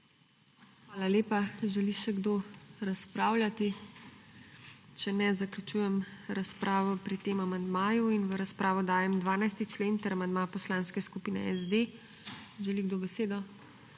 Hvala lepa. Želi še kdo razpravljati? Če ne želi, zaključujem razpravo o tem amandmaju. V razpravo dajem 12. člen in amandma Poslanske skupine SD. Želi kdo besedo?